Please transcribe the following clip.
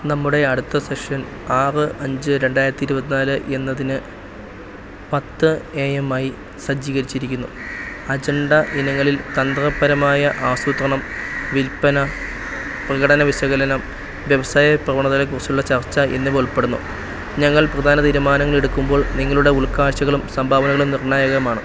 നമ്മുടെ അടുത്ത സെഷൻ ആറ് അഞ്ച് രണ്ടായിരത്തി ഇരുപത്തിനാല് എന്നതിന് പത്ത് എ എമ്മായി സജ്ജീകരിച്ചിരിക്കുന്നു അജണ്ട ഇനങ്ങളിൽ തന്ത്രപരമായ ആസൂത്രണം വിൽപ്പന പ്രകടന വിശകലനം വ്യവസായ പ്രവണതകളെക്കുറിച്ചുള്ള ചർച്ച എന്നിവയുൾപ്പെടുന്നു ഞങ്ങൾ പ്രധാന തീരുമാനങ്ങളെടുക്കുമ്പോൾ നിങ്ങളുടെ ഉൾക്കാഴ്ചകളും സംഭാവനകളും നിർണായകമാണ്